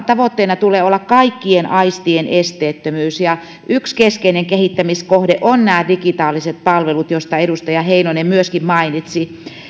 tavoitteena tulee olla kaikkien aistien esteettömyys ja yksi keskeinen kehittämiskohde on nämä digitaaliset palvelut jotka edustaja heinonen myöskin mainitsi